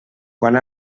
quant